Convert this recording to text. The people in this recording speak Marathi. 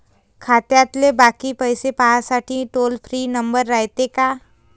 खात्यातले बाकी पैसे पाहासाठी टोल फ्री नंबर रायते का?